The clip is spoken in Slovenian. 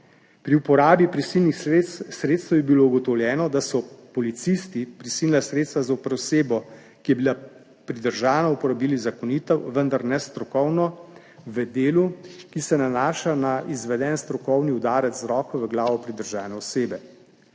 Pri uporabi prisilnih sredstev je bilo ugotovljeno, da so policisti prisilna sredstva zoper osebo, ki je bila pridržana, uporabili zakonito, vendar nestrokovno v delu, ki se nanaša na izveden strokovni udarec z roko v glavo pridržane osebe.